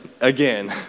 again